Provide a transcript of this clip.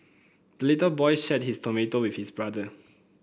the little boy shared his tomato with his brother